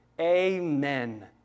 Amen